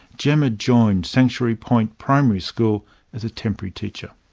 gemma joined sanctuary point primary school as a temporary teacher.